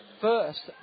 first